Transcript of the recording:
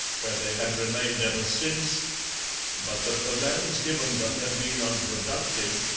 where they had remained ever since but that the lands given them had been unproductive,